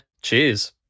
Cheers